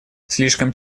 слишком